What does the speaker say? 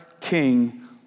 king